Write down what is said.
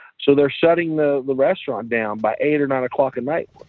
so they're shutting the the restaurant down by eight or nine o'clock at night,